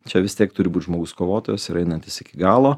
čia vis tiek turi būt žmogus kovotojas ir einantis iki galo